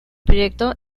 proyecto